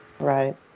Right